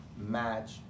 match